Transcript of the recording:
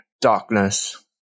darkness